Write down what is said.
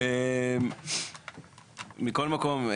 מכל מקום,